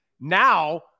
Now –